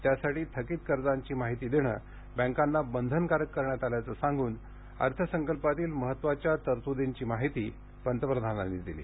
त्यासाठी थकित कर्जांची माहिती देणं बँकांना बंधनकारक करण्यात आल्याचं सांगून अर्थ संकल्पातील महत्त्वाच्या तरतूदींची माहिती पंतप्रधानांनी दिली